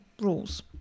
rules